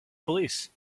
police